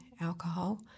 alcohol